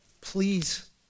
Please